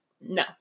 no